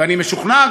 ואני משוכנע,